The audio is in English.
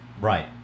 Right